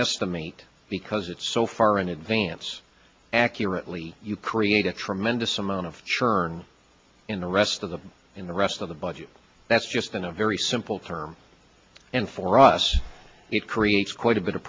estimate because it's so far in advance accurately you create a tremendous amount of sherman in the rest of the in the rest of the budget that's just been a very simple term and for us it creates quite a bit of